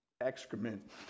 excrement